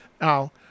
Now